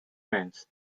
friends